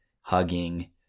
hugging